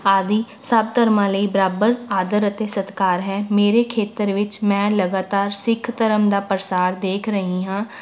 ਆਦਿ ਸਭ ਧਰਮਾਂ ਲਈ ਬਰਾਬਰ ਆਦਰ ਅਤੇ ਸਤਿਕਾਰ ਹੈ ਮੇਰੇ ਖੇਤਰ ਵਿੱਚ ਮੈਂ ਲਗਾਤਾਰ ਸਿੱਖ ਧਰਮ ਦਾ ਪ੍ਰਸਾਰ ਦੇਖ ਰਹੀ ਹਾਂ